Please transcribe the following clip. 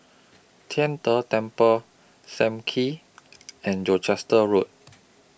Tian De Temple SAM Kee and Gloucester Road